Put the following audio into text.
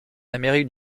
amérique